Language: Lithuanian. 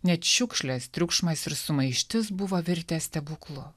net šiukšlės triukšmas ir sumaištis buvo virtę stebuklu